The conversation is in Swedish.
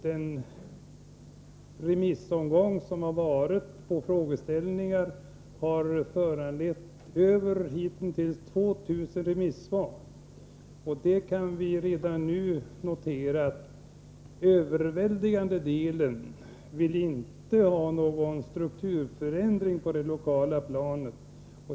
Den remissomgång som har varit har hittills lett till över 2 000 remissvar. Vi kan redan nu notera att överväldigande delen inte vill ha någon strukturförändring på det lokala planet.